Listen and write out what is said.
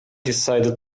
decided